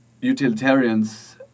utilitarians